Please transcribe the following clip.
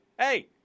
Hey